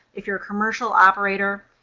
if you're a commercial operator,